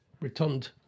returned